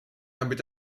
damit